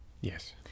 Yes